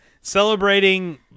celebrating